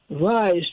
rise